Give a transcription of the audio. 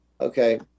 Okay